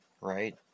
right